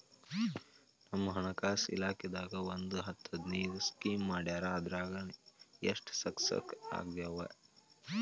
ನಮ್ ಹಣಕಾಸ್ ಇಲಾಖೆದಾಗ ಒಂದ್ ಹತ್ತ್ ಹದಿನೈದು ಸ್ಕೇಮ್ ಮಾಡ್ಯಾರ ಅದ್ರಾಗ ಎಷ್ಟ ಸಕ್ಸಸ್ ಆಗ್ಯಾವನೋ